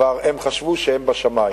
הם כבר חשבו שהם בשמים.